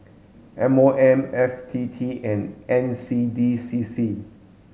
M O M F T T and N C D C C